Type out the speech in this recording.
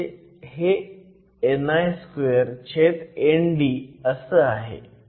म्हणजे हे ni2ND आहे